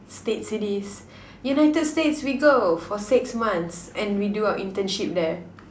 States it is United states we go for six months and we do our internship there